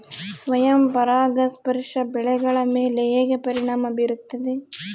ಸ್ವಯಂ ಪರಾಗಸ್ಪರ್ಶ ಬೆಳೆಗಳ ಮೇಲೆ ಹೇಗೆ ಪರಿಣಾಮ ಬೇರುತ್ತದೆ?